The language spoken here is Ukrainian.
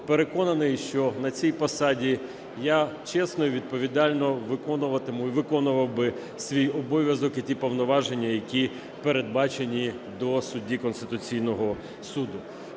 Переконаний, що на цій посаді я чесно і відповідально виконуватиму і виконував би свій обов'язок і ті повноваження, які передбачені для судді Конституційного Суду.